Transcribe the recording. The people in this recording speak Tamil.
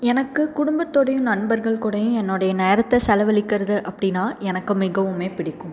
எனக்கு குடும்பத்தோடையும் நண்பர்கள் கூடயும் என்னுடைய நேரத்தை செலவழிக்கறது அப்படின்னா எனக்கு மிகவுமே பிடிக்கும்